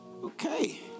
Okay